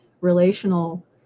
relational